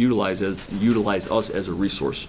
utilize as utilize also as a resource